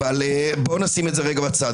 אבל בוא נשים את זה רגע בצד.